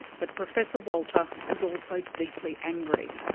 but professor walter was also deeply angry.